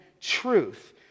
truth